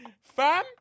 Fam